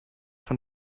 von